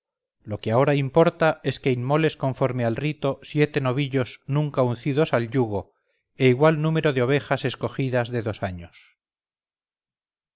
lo que ahora importa es que inmoles conforme al rito siete novillos nunca uncidos al yugo e igual número de ovejas escogidas de dos años